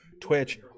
Twitch